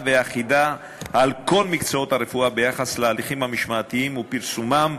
ואחידה על כל מקצועות הרפואה ביחס להליכים המשמעתיים ופרסומם,